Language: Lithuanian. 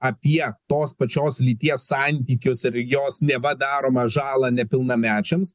apie tos pačios lyties santykius ir jos neva daromą žalą nepilnamečiams